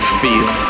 feel